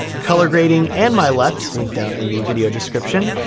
color grading, and my let's link down in the video description,